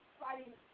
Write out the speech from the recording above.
fighting